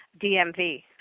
dmv